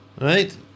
Right